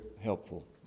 helpful